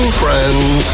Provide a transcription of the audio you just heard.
friends